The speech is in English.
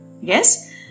yes